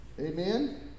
Amen